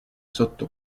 sotto